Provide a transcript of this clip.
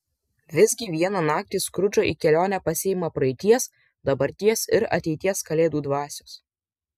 visgi vieną naktį skrudžą į kelionę pasiima praeities dabarties ir ateities kalėdų dvasios